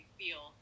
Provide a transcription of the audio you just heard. feel